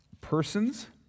persons